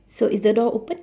so is the door open